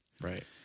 Right